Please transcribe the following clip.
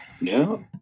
No